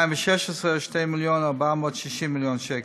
2016, 2 מיליון ו-460,000 שקל.